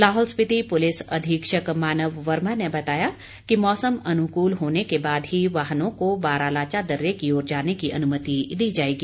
Lahaul Spiti police अधीक्षक मानव वर्मा ने बताया कि मौसम अनुकूल होने के बाद ही वाहनों को बारालाचा दर्रे की ओर जाने की अनुमति दी जाएगी